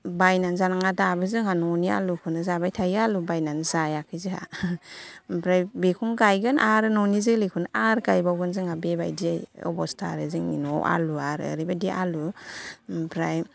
बायनानै जानाङा दाबो जोंहा न'नि आलुखौनो जाबाय थायो आलु बायनानै जायाखै जोंहा ओमफ्राय बेखौनो गायगोन आरो न'नि जोलैखौनो आोर गायबावगोन जोंहा बेबादि अबस्था आरो जोंनि न'आव आलुवा आरो ओरैबादि आलु ओमफ्राय